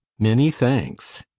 many thanks.